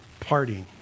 partying